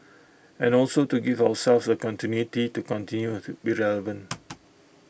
and also to give ourselves A continuity to continue have be relevant